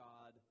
God